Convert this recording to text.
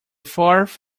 fourth